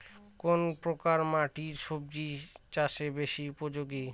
কোন প্রকার মাটি সবজি চাষে বেশি উপযোগী?